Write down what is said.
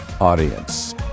audience